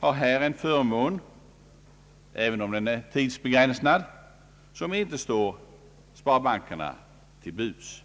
har här en förmån, även om den är tidsbegränsad, som inte står sparbankerna till buds.